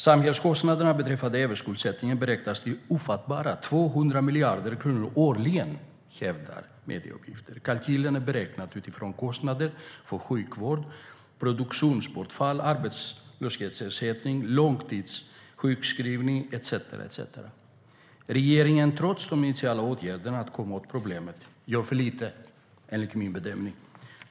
Samhällskostnaderna beträffande överskuldsättningen beräknas till ofattbara 200 miljarder kronor årligen, enligt medieuppgifter. Kalkylen är beräknad utifrån kostnader för sjukvård, produktionsbortfall, arbetslöshetsersättning, långtidssjukskrivning etcetera. Trots de initiala åtgärderna att komma åt problemet gör regeringen, enligt min bedömning, för lite.